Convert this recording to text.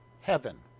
heaven